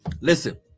listen